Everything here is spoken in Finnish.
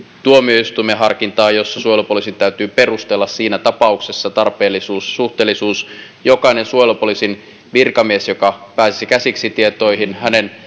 tuomioistuimen harkintaan jossa suojelupoliisin täytyy perustella siinä tapauksessa tarpeellisuus suhteellisuus jokaisen suojelupoliisin virkamiehen joka pääsisi käsiksi tietoihin